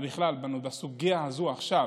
ובכלל בסוגיה הזאת עכשיו,